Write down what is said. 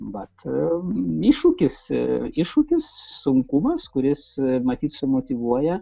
vat iššūkis iššūkis sunkumas kuris matyt sumotyvuoja